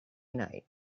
night